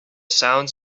sounds